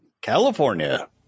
California